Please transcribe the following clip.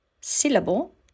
syllable